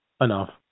enough